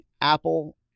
Apple